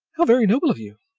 how very noble of you!